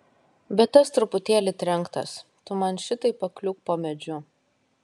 bet tas truputėlį trenktas tu man šitaip pakliūk po medžiu